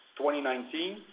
2019